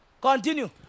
Continue